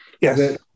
Yes